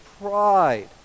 pride